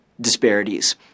disparities